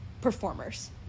performers